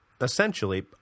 Essentially